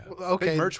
Okay